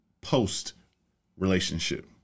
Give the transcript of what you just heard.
post-relationship